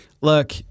Look